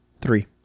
three